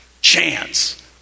chance